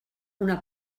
una